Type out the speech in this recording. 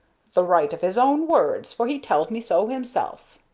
the right of his own words, for he telled me so himself.